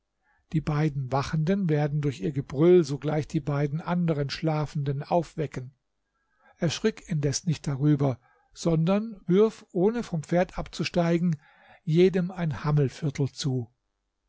die beiden wachenden werden durch ihr gebrüll sogleich die beiden anderen schlafenden aufwecken erschrick indes nicht darüber sondern wirf ohne vom pferd abzusteigen jedem ein hammelviertel zu